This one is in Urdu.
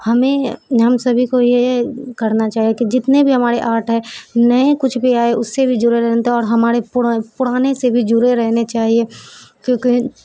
ہمیں ہم سبھی کو یہ کرنا چاہیے کہ جتنے بھی ہمارے آرٹ ہے نئے کچھ بھی آئے اس سے بھی جڑے رہنے تھے اور ہمارے پڑانے سے بھی جڑے رہنے چاہیے کیونکہ